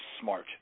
smart